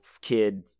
kid